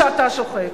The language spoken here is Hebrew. שאתה שוחק.